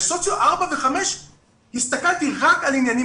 בסוציו 4 ו-5 הסתכלתי רק על עניינים